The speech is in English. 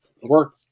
work